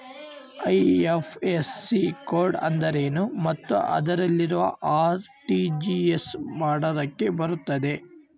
IFSC code ಅಂದ್ರೇನು ಮತ್ತು ಅದಿಲ್ಲದೆ ಆರ್.ಟಿ.ಜಿ.ಎಸ್ ಮಾಡ್ಲಿಕ್ಕೆ ಬರ್ತೈತಾ?